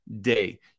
day